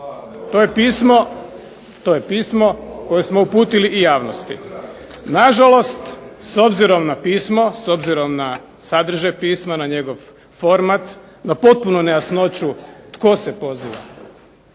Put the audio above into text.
To je pismo koje smo uputili i javnosti. Nažalost, s obzirom na pismo, s obzirom na sadržaj pisma, na njegov format, na potpunu nejasnoću tko se poziva,